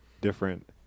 different